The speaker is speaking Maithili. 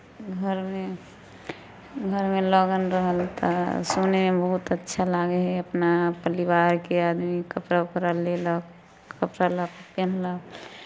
घरमे घरमे लगन रहल तऽ सुनैमे बहुत अच्छा लागै हइ अपना परिवारके आदमी कपड़ा उपड़ा लेलक कपड़ा लऽ कऽ पेन्हलक